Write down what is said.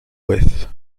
with